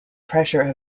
pressure